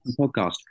podcast